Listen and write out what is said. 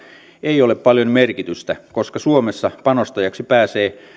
ei ole paljon merkitystä koska suomessa panostajaksi pääsee